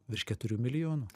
virš keturių milijonų